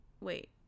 Wait